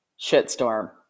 shitstorm